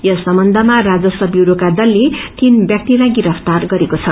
यस समबन्ध्याराजस्व व्यूरोका दलले तीन व्याप्तिलाई गिरफ्तार गरेको छ